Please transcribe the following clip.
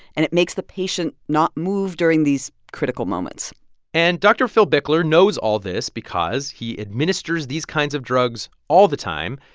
and it makes the patient not move during these critical moments and dr. phil bickler knows all this because he administers these kinds of drugs all the time.